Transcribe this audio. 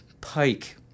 Pike